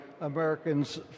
Americans